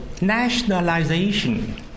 nationalization